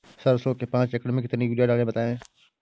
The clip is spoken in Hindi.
सरसो के पाँच एकड़ में कितनी यूरिया डालें बताएं?